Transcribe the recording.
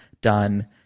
done